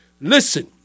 Listen